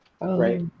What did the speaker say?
Right